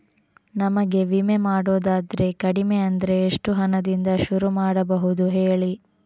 ನಮಗೆ ವಿಮೆ ಮಾಡೋದಾದ್ರೆ ಕಡಿಮೆ ಅಂದ್ರೆ ಎಷ್ಟು ಹಣದಿಂದ ಶುರು ಮಾಡಬಹುದು ಹೇಳಿ